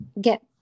get